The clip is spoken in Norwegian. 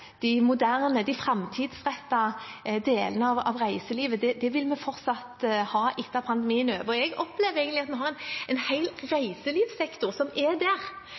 moderne, framtidsrettede delene av reiselivet vil vi fortsatt ha etter at pandemien er over. Jeg opplever egentlig at vi har en hel reiselivssektor som er der,